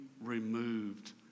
removed